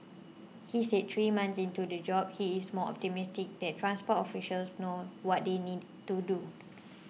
he said three months into the job he is more optimistic that transport officials know what they need to do